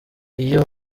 iyo